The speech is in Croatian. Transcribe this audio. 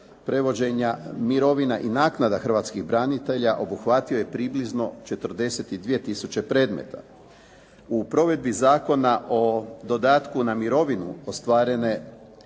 prevođenja mirovina i naknada hrvatskih branitelja obuhvatio je približno 42 tisuće predmeta. U provedbi Zakona o dodatku na mirovinu ostvarene